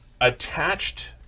attached